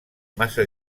massa